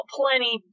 plenty